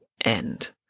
end